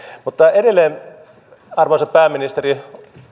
mutta edelleen arvoisa pääministeri